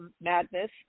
madness